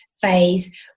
phase